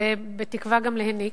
ובתקווה גם להיניק.